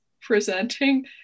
presenting